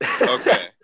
Okay